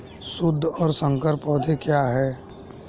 शुद्ध और संकर पौधे क्या हैं?